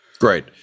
Great